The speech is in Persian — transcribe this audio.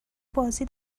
بازی